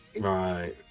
Right